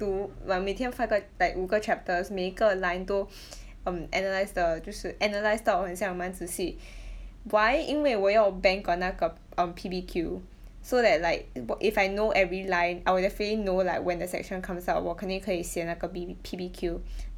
读我每天 five 个 like 五个 chapters 每个 line 都 um analyse the 就是 analyse 到很像蛮仔细 why 因为我要 bank on 那个 on P_B_Q so that like wha~ if I know every line I will definitely know like when the section comes out 我肯定可以写那个 B_B P_B_Q